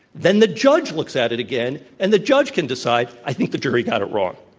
then the judge looks at it again, and the judge can decide, i think the jury got it wrong.